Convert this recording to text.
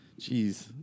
Jeez